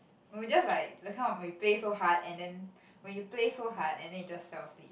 we were just like that kind of we play so hard and then when you play so hard and then you just fell asleep